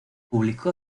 publicó